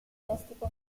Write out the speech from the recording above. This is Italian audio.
messico